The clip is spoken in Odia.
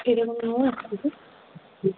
କ୍ଷୀର